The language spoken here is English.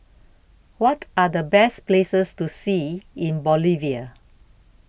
What Are The Best Places to See in Bolivia